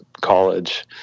college